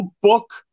book